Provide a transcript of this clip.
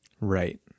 Right